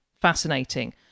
fascinating